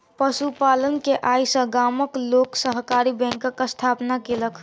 पशु पालन के आय सॅ गामक लोक सहकारी बैंकक स्थापना केलक